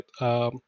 right